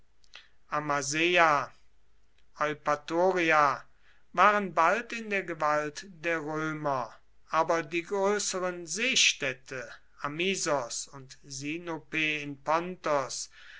amaseia eupatoria waren bald in der gewalt der römer aber die größeren seestädte amisos und sinope in